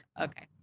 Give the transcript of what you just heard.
Okay